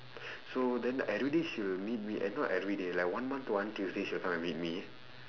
so then every day she will meet me eh not every day like one month to one tuesday she will come and meet me